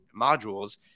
modules